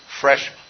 fresh